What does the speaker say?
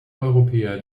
europäer